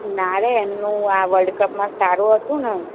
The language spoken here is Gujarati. ના રે એમનું આ વર્લ્ડકપમાં સારું હતું ને